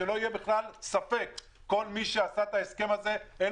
שלא יהיה בכלל ספק: כל מי שעשה את ההסכם הזה אין